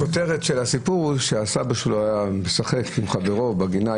הכותרת של הסיפור היא שהסבא שלו היה משחק עם חברו בגינה.